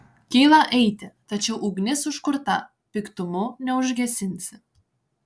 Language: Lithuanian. kyla eiti tačiau ugnis užkurta piktumu neužgesinsi